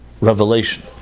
revelation